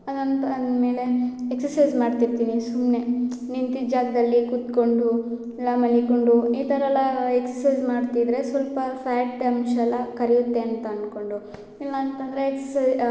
ಅದಂತು ಅಂದ್ಮೇಲೆ ಎಕ್ಸರ್ಸೈಸ್ ಮಾಡ್ತಿರ್ತೀನಿ ಸುಮ್ಮನೆ ನಿಂತಿದ್ದ ಜಾಗದಲ್ಲಿ ಕುತ್ಕೊಂಡು ಇಲ್ಲ ಮಲ್ಕೊಂಡು ಈ ಥರ ಎಲ್ಲಾ ಎಕ್ಸರ್ಸೈಸ್ ಮಾಡ್ತಿದ್ದರೆ ಸ್ವಲ್ಪ ಫ್ಯಾಟ್ ಅಂಶ ಎಲ್ಲ ಕರಿಯುತ್ತೆ ಅಂತ ಅಂದ್ಕೊಂಡು ಇಲ್ಲಂತಂದರೆ ಎಕ್ಸ